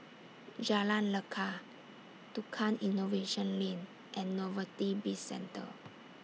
Jalan Lekar Tukang Innovation Lane and Novelty Bizcentre